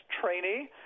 trainee